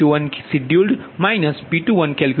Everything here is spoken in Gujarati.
આ સાથે ∆P21 એ P12 P12